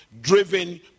driven